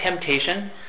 temptation